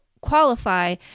qualify